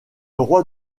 roi